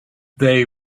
they